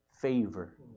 Favor